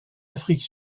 afrique